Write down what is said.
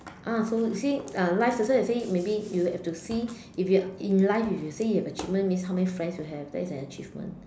ah so you see ah life that's why I say maybe you have to see if you in life if you say you have achievement that means how many friends you have that is an achievement